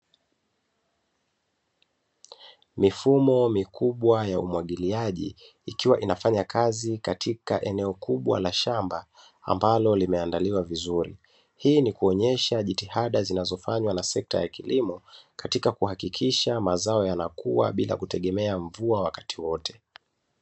Mifumo mikubwa ya umwagiliaji ikiwa inafanya kazi katika eneo kubwa la shamba ambalo limeandaliwa vizuri, hii ni kuonyesha jitihada zinazofanywa na sekta ya kilimo Katika kuhakikisha mazao yanakua bila kutegemea mvua wakati wowote.